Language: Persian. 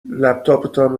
لپتاپتان